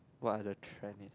what are the trends